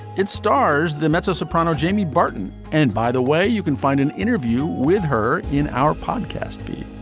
it stars the mezzo soprano jamie barton and by the way you can find an interview with her in our podcast